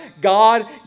God